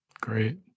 Great